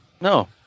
No